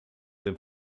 dem